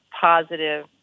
positive